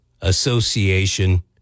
Association